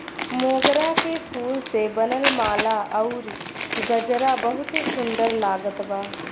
मोगरा के फूल से बनल माला अउरी गजरा बहुते सुन्दर लागत बा